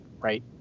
right